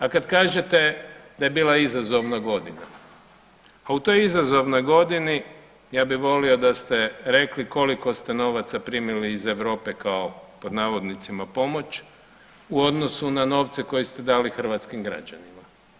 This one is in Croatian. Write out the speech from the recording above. A kada kažete da je bila izazovna godina, pa u toj izazovnoj godini ja bih volio da ste rekli koliko ste novaca primili iz Europe kao pod navodnicima pomoć u odnosu na novce koje ste dali hrvatskim građanima.